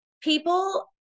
people